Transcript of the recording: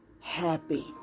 happy